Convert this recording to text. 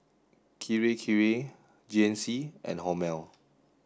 Kirei Kirei G N C and Hormel